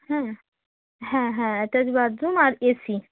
হ্যাঁ হ্যাঁ হ্যাঁ অ্যাটাচ বাথরুম আর এসি